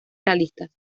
realistas